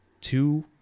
two